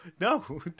no